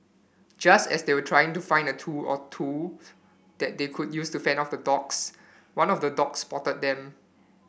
just as they were trying to find a tool or two that they could use to fend off the dogs one of the dogs spotted them